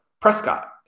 prescott